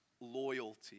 loyalty